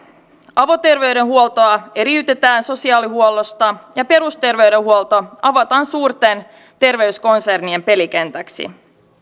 avoterveydenhuoltoa eriytetään sosiaalihuollosta ja perusterveydenhuolto avataan suurten terveyskonsernien pelikentäksi